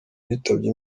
bitabye